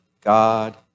God